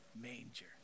manger